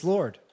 Lord